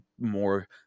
more